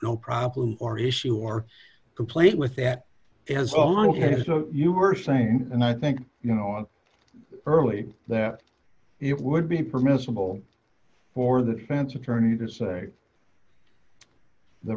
no problem or issue or complaint with that is unfair you were saying and i think you know it early that it would be permissible for the defense attorney to say the